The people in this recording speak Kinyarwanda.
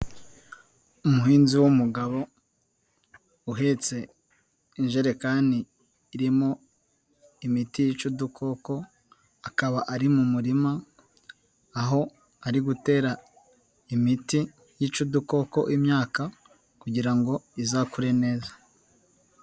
Umuhinzi w'umugabo uhetse injerekani irimo imiti yica udukoko, akaba ari mu murima aho ari gutera imiti yica udukoko imyaka kugira ngo izakure neza.